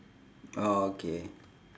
orh okay